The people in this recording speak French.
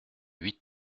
huit